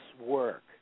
work